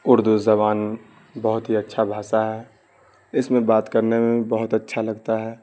اردو زبان بہت ہی اچھا بھاشا ہے اس میں بات کرنے میں بھی بہت اچھا لگتا ہے